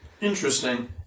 Interesting